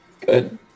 Good